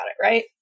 right